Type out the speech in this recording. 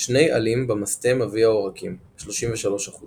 שני עלים במסתם אבי העורקים 33%